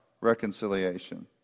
reconciliation